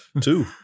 Two